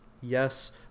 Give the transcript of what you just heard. Yes